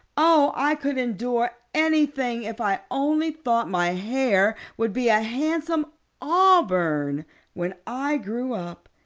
oh, i could endure anything if i only thought my hair would be a handsome auburn when i grew up.